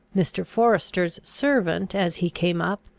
mr. forester's servant, as he came up,